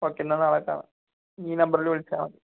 okay എന്നാൽ നാളെ കാണാം ഈ നമ്പറിൽ വിളിച്ചാൽ മതി